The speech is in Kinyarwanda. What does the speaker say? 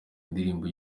indirimbo